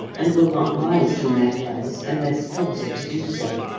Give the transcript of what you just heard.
and will not rise from their lairs unless forced to do so.